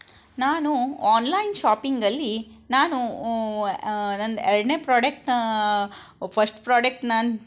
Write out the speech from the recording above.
ನಾನು ಆನ್ಲೈನ್ ಶಾಪಿಂಗಲ್ಲಿ ನಾನು ನಂದು ಎರಡನೇ ಪ್ರಾಡೆಕ್ಟ್ ಫಸ್ಟ್ ಪ್ರಾಡೆಕ್ಟ್ ನಾನು